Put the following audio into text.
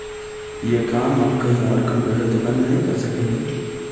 ये काम हम कहीं आर कंप्यूटर दुकान में नहीं कर सके हीये?